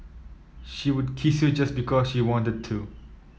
she would kiss you just because she wanted to